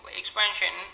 expansion